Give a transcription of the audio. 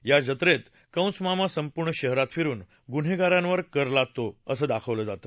या जत्रेत कंस मामा संपूर्ण शहरात फिरून गुन्हेगारांवर कर लादतो असं दाखवलं जात